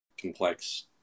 complex